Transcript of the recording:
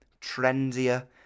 trendier